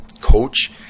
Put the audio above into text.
coach